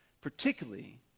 particularly